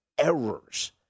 errors